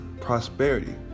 prosperity